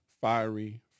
fiery